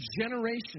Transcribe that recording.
generations